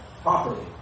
Properly